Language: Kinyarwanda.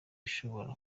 ishoboka